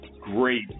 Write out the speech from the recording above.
Great